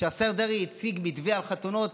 כשהשר דרעי הציג מתווה על חתונות,